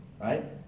right